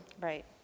Right